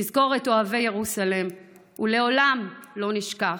נזכור את אוהבי ירוסלם ולעולם לא נשכח.